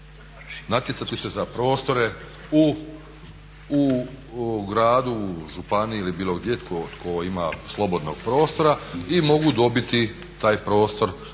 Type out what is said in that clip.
natjecati se za prostore u gradu, županiji ili bilo gdje, tko ima slobodnog prostora i mogu dobiti taj prostor